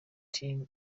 time